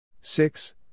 Six